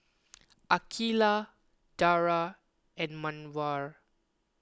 Aqeelah Dara and Mawar